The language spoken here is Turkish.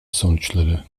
sonuçları